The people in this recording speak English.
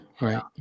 right